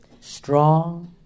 strong